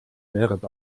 merit